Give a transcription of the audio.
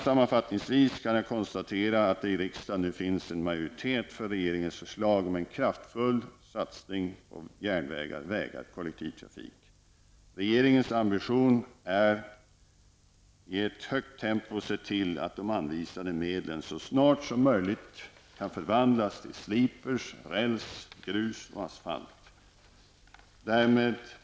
Sammanfattningsvis kan jag konstatera att det i riksdagen nu finns en majoritet för regeringens förslag om en kraftfull satsning på järnvägar, vägar och kollektivtrafiken. Regeringens ambition är att i ett högt tempo se till att de anvisade medlen så snart som möjligt kan förvandlas till slipers, räls, grus och asfalt.